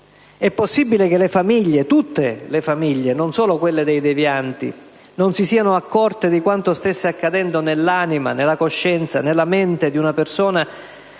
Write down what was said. È possibile che le famiglie, tutte le famiglie, non solo quelle dei devianti, non si siano accorte di quanto stesse accadendo nell'anima, nella coscienza, nella mente di una persona